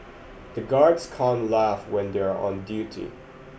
the guards can't laugh when they are on duty